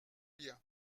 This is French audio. bien